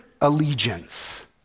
allegiance